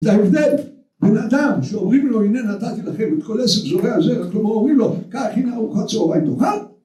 זה ההבדל בין אדם שאומרים לו הנה נתתי לכם את כל עסק זוגי הזרח כלומר אומרים לו כך הנה ארוכת צהריים תאכל